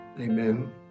Amen